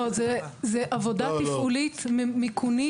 לא, זה, זה עבודה תפעולית, מיכונית.